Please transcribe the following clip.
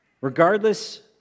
Regardless